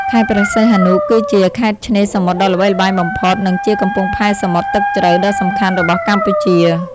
ខេត្តព្រះសីហនុ គឺជាខេត្តឆ្នេរសមុទ្រដ៏ល្បីល្បាញបំផុត និងជា កំពង់ផែសមុទ្រទឹកជ្រៅ ដ៏សំខាន់របស់កម្ពុជា។